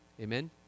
Amen